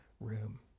room